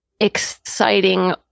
exciting